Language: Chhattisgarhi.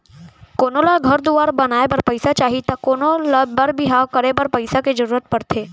कोनो ल घर दुवार बनाए बर पइसा चाही त कोनों ल बर बिहाव करे बर पइसा के जरूरत परथे